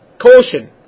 caution